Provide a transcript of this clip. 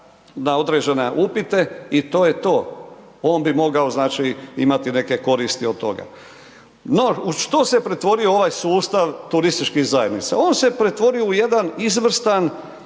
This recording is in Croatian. na određene upite i to je to, on bi mogao znači imati neke koristi od toga. No, u što se pretvorio ovaj sustav turističkih zajednica, on se pretvorio u jedan izvrstan